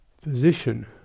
position